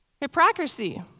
hypocrisy